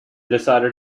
decided